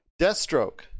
Deathstroke